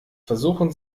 versuchen